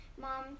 Mom